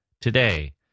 today